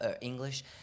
English